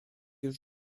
już